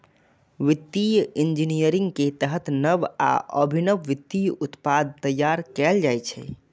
वित्तीय इंजीनियरिंग के तहत नव आ अभिनव वित्तीय उत्पाद तैयार कैल जाइ छै